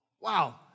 Wow